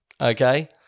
okay